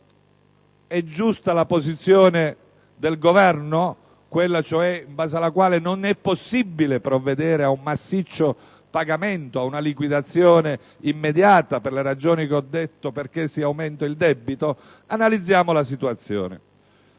È giusta la posizione del Governo, ossia quella in base alla quale non è possibile provvedere a un massiccio pagamento, a una liquidazione immediata, per le ragioni che ho detto, perché si aumenta il debito? Analizziamo la situazione.